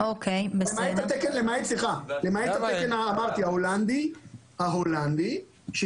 למעט התקן ההולנדי.